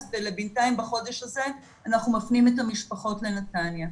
ובינתיים בחודש הזה אנחנו מפנים את המשפחות לנתניה.